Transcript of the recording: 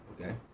Okay